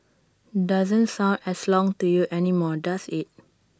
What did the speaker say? doesn't sound as long to you anymore does IT